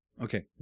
okay